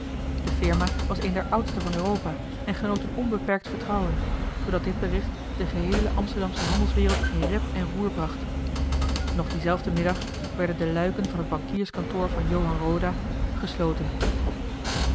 de firma was een der oudste van europa en genoot een onbeperkt vertrouwen zoodat dit bericht de geheele amsterdamsche handelswereld in rep en roer bracht nog dienzelfden middag werden de luiken van het bankierskantoor van johan roda gesloten